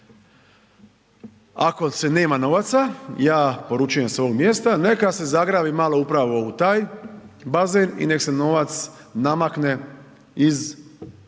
Ako se nema novaca ja poručujem s ovog mjesta neka se zagrabi malo upravo u taj bazen i nek se novac namakne iz